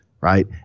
right